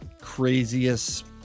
craziest